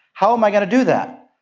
how am i going to do that?